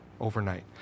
overnight